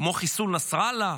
כמו חיסול נסראללה,